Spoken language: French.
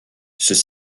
ceux